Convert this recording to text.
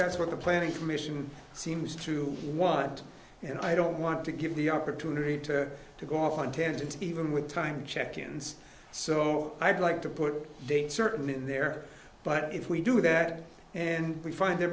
that's what the planning commission seems to want and i don't want to give the opportunity to to go off on tangents even with time check ins so i'd like to put certain in there but if we do that and we find they're